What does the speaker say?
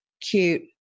cute